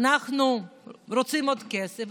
אנחנו רוצים עוד כסף,